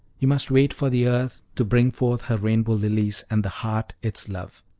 you must wait for the earth to bring forth her rainbow lilies, and the heart its love.